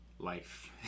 Life